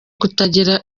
kutagira